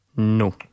No